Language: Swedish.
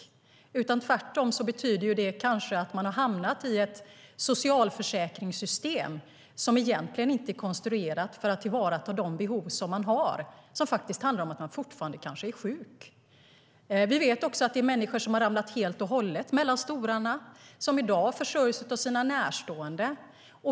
Tvärtom betyder det kanske att man har hamnat i ett socialförsäkringssystem som egentligen inte är konstruerat för att tillvarata de behov man har, som handlar om att man kanske fortfarande är sjuk. Vi vet också att det är människor som har ramlat helt och hållet mellan stolarna och som i dag försörjs av sina närstående.